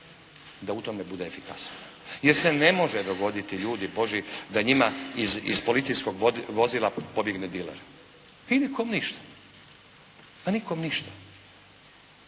da u tome bude efikasnija, jer se ne može dogoditi ljudi Božji da njima iz policijskog vozila pobjegne diler i nikome ništa. Pustili su ga.